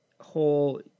whole